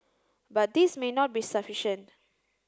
but this may not be sufficient